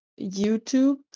YouTube